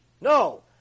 No